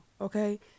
okay